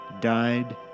died